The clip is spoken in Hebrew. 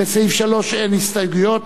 לסעיף 3 אין הסתייגויות,